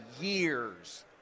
years